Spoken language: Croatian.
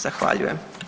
Zahvaljujem.